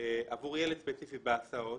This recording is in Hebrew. עבור ילד ספציפי בהסעות,